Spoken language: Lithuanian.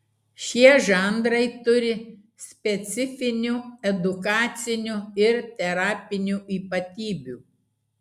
šie žanrai turi specifinių edukacinių ir terapinių ypatybių